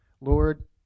Lord